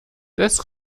des